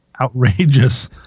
Outrageous